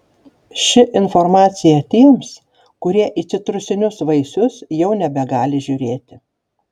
ši informacija tiems kurie į citrusinius vaisius jau nebegali žiūrėti